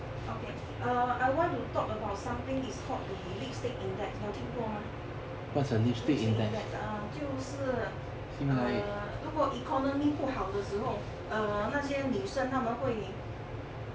okay err I want to talk about something is called the lipstick index 你有听过吗 lipstick index err 就是 err 如果 economy 不好的时候 err 那些女生她们会